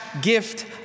gift